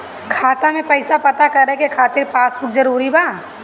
खाता में पईसा पता करे के खातिर पासबुक जरूरी बा?